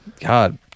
god